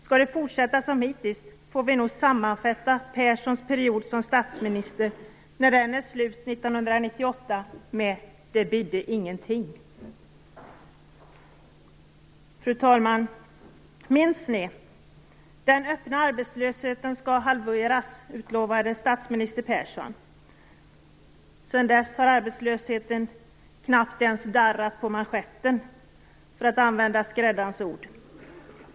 Skall det fortsätta som hittills får vi nog sammanfatta Perssons period som statsminister när den är slut Fru talman! Minns ni? Den öppna arbetslösheten skall halveras, utlovade statsminister Persson. Sedan dess har arbetslösheten knappt ens darrat på manschetten, för att använda skräddarens ord.